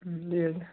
হুম ঠিক আছে